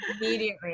Immediately